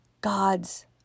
God's